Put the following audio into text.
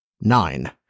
nine